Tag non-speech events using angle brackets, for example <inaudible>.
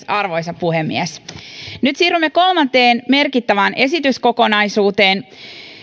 <unintelligible> arvoisa puhemies nyt siirrymme kolmanteen merkittävään esityskokonaisuuteen